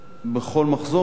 בכל מחזור מוענקות,